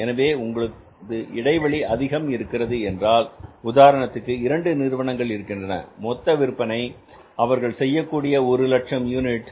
எனவே உங்களது இடைவெளி அதிகம் இருக்கிறது என்றால் உதாரணத்திற்கு இரண்டு நிறுவனங்கள் இருக்கின்றன மொத்த விற்பனை அவர்கள் செய்யக்கூடியது ஒரு லட்சம் யூனிட்